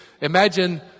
Imagine